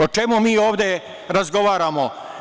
O čemu mi ovde razgovaramo?